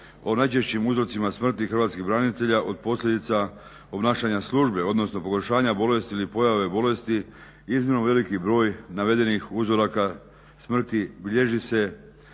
o najčešćim uzrocima smrti hrvatskih branitelja od posljedica obnašanja službe, odnosno pogoršanja bolesti ili pojave bolesti iznimno veliki broj uzoraka smrti bilježi se